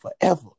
forever